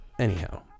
Anyhow